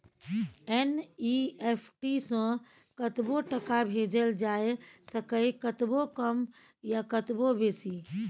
NEFT सँ कतबो टका भेजल जाए सकैए कतबो कम या कतबो बेसी